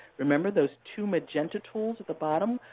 remember those two magenta tools at the bottom?